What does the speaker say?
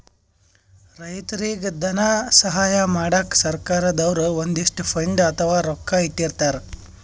ರೈತರಿಗ್ ಧನ ಸಹಾಯ ಮಾಡಕ್ಕ್ ಸರ್ಕಾರ್ ದವ್ರು ಒಂದಿಷ್ಟ್ ಫಂಡ್ ಅಥವಾ ರೊಕ್ಕಾ ಇಟ್ಟಿರ್ತರ್